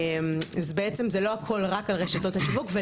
אז בעצם זה לא הכול רק על רשתות השיווק.